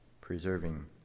preserving